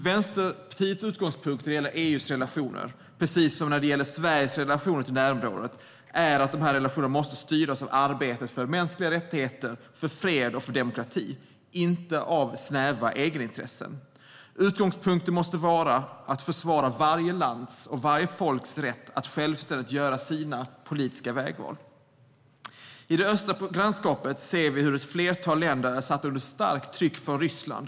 Vänsterpartiets utgångspunkt när det gäller EU:s relationer, precis som när det gäller Sveriges relationer till närområdet, är att relationerna måste styras av arbetet för mänskliga rättigheter, för fred och för demokrati, inte av snäva egenintressen. Utgångspunkten måste vara att försvara varje lands och varje folks rätt att självständigt göra sina politiska vägval. I det östra grannskapet ser vi hur ett flertal länder är satta under ett starkt tryck från Ryssland.